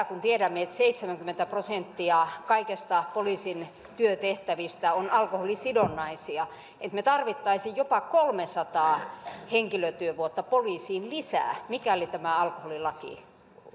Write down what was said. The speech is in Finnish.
kun tiedämme että seitsemänkymmentä prosenttia kaikista poliisin työtehtävistä on alkoholisidonnaisia sehän tarkoittaisi käytännössä sitä että me tarvitsisimme jopa kolmesataa henkilötyövuotta poliisiin lisää mikäli tämä alkoholilaki